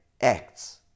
acts